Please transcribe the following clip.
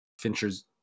Fincher's